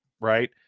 right